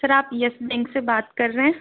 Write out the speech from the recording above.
sir आप Yes Bank से बात कर रहे हैं